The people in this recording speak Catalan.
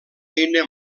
eina